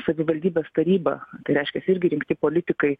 savivaldybės taryba tai reiškias irgi rinkti politikai